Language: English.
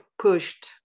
pushed